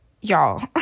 Y'all